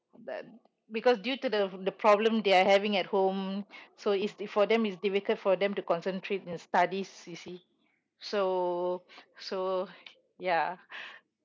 that because due to the the problem they're having at home so it's di~ for them it's difficult for them to concentrate in studies you see so so ya